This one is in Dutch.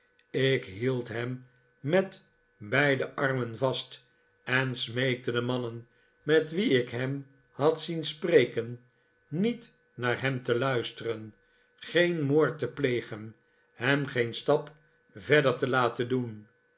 ik meld hem met beide armen vast en smeekte de mannen met wie ik hem had zien spreken niet naar hem te luisteren geen moord te plegen hem geen stap verder te laten doen